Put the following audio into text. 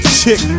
chick